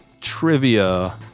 trivia